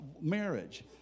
marriage